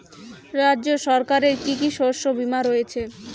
রাজ্য সরকারের কি কি শস্য বিমা রয়েছে?